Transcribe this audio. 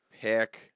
pick